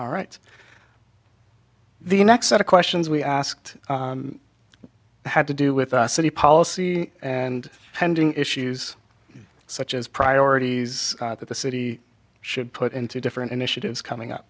all right the next set of questions we asked had to do with us city policy and pending issues such as priorities that the city should put into different initiatives coming up